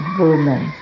woman